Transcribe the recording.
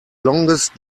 longest